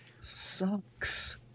sucks